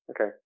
Okay